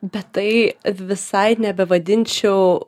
bet tai visai nebevadinčiau